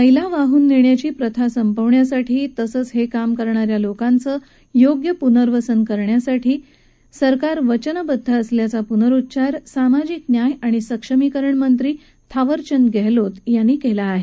मैला वाहून नेण्याची प्रथा संपवण्यासाठी तसंच हे काम करण्या या लोकांचं योग्य पुनर्वसन करण्यासाठी सरकार वचनबद्ध असल्याचा पुनरुच्चार सामाजिक न्याय आणि सक्षमीकरण मंत्री थावरचंद गहलोत यांनी केला आहे